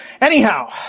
Anyhow